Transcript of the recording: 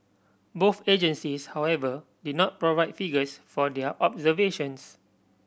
both agencies however did not provide figures for their observations